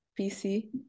PC